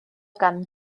gan